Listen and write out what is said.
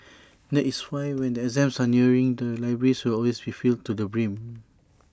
that is why when the exams are nearing the libraries will always be filled to the brim